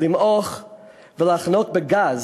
למעוך ולחנוק בגז